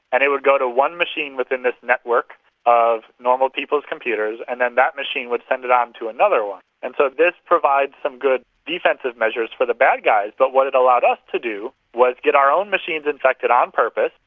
and it would go to one machine within this network of normal people's computers, and then that machine would send it on to another one. and so this provides some good defensive measures for the bad guys, but what it allowed us to do was get our own machines infected on purpose,